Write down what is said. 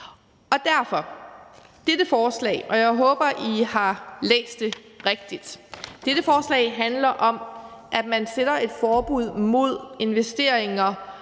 handler dette forslag om – og jeg håber, at I har læst det rigtigt – at man laver et forbud mod investeringer